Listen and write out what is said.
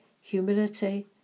humility